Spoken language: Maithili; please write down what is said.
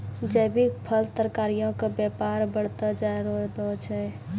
जैविक फल, तरकारीयो के व्यापार बढ़तै जाय रहलो छै